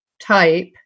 type